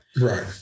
Right